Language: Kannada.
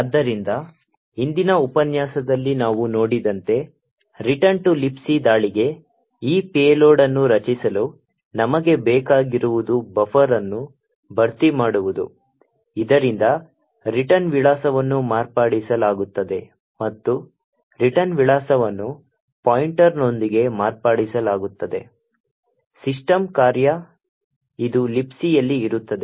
ಆದ್ದರಿಂದ ಹಿಂದಿನ ಉಪನ್ಯಾಸದಲ್ಲಿ ನಾವು ನೋಡಿದಂತೆ ರಿಟರ್ನ್ ಟು ಲಿಬಿಸಿ ದಾಳಿಗೆ ಈ ಪೇಲೋಡ್ ಅನ್ನು ರಚಿಸಲು ನಮಗೆ ಬೇಕಾಗಿರುವುದು ಬಫರ್ ಅನ್ನು ಭರ್ತಿ ಮಾಡುವುದು ಇದರಿಂದ ರಿಟರ್ನ್ ವಿಳಾಸವನ್ನು ಮಾರ್ಪಡಿಸಲಾಗುತ್ತದೆ ಮತ್ತು ರಿಟರ್ನ್ ವಿಳಾಸವನ್ನು ಪಾಯಿಂಟರ್ನೊಂದಿಗೆ ಮಾರ್ಪಡಿಸಲಾಗುತ್ತದೆ ಸಿಸ್ಟಮ್ ಕಾರ್ಯ ಇದು Libcಯಲ್ಲಿ ಇರುತ್ತದೆ